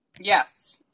Yes